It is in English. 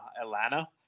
Atlanta